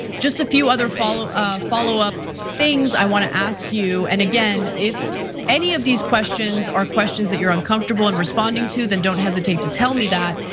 just a few other follow-up ah follow-up things i wanna ask you, and again, if any of these questions are questions that you're uncomfortable in responding to then don't hesitate to tell me that.